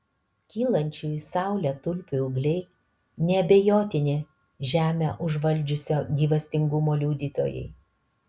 kylančių į saulę tulpių ūgliai neabejotini žemę užvaldžiusio gyvastingumo liudytojai